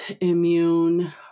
immune